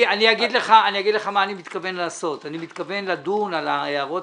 אני אגיד לך מה אני מתכוון לעשות: אני מתכוון לדון על ההערות